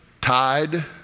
tied